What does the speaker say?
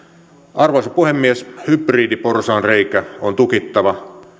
arvoisa puhemies hybridiporsaanreikä on tukittava